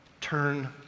turn